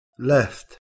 left